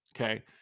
okay